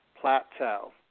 plateau